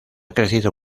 crecido